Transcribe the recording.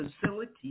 facility